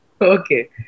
Okay